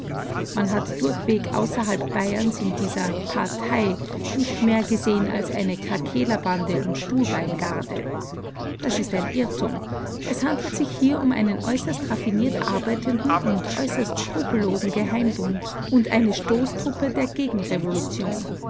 man hat durchweg außerhalb bayerns in dieser partei nicht mehr gesehen als eine krakeelerbande und stuhlbeingarde das ist ein irrtum es handelt sich hier um einen äußerst raffiniert arbeitenden und äußerst skrupellosen geheimbund und eine stoßtruppe der gegenrevolution